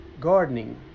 gardening